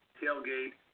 tailgate